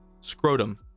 scrotum